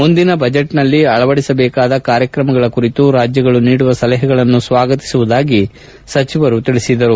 ಮುಂದಿನ ಬಜೆಟ್ನಲ್ಲಿ ಅಳವಡಿಸಬೇಕಾದ ಕಾರ್ಯಕ್ರಮಗಳ ಕುರಿತು ರಾಜ್ಯಗಳು ನೀಡುವ ಸಲಹೆಗಳನ್ನು ಸ್ನಾಗತಿಸುವುದಾಗಿಯೂ ಅವರು ತಿಳಿಸಿದರು